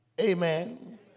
Amen